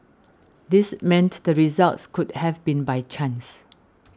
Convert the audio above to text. this meant the results could have been by chance